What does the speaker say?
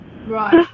Right